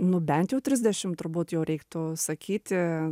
nu bent jau trisdešim turbūt jau reiktų sakyti